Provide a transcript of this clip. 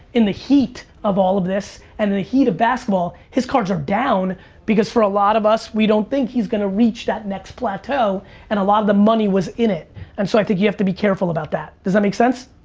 in the heat of all of this and in the heat of basketball, his cards are down because, for a lot of us, we don't think he's gonna reach that next plateau and a lot of the money was in it and so i think you have to be careful about that. does that make sense?